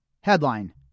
Headline